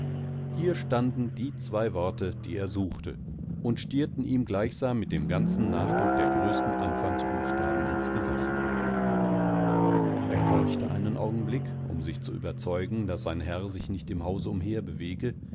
hier standen die zwei worte die er suchte und stierten ihm gleichsam mit dem ganzennachdruckdergrößtenanfangsbuchstabeninsgesicht er horchte einen augenblick um sich zu überzeugen daß sein herr sich nicht im hause umherbewege